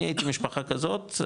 אני הייתי משפחה כזאת,